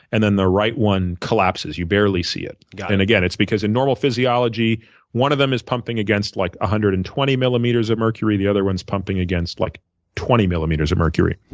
and then the right one collapses. you barely see it. yeah and, again, it's because in normal physiology one of them is pumping against like one ah hundred and twenty millimeters of mercury. the other one's pumping against like twenty millimeters of mercury.